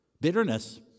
bitterness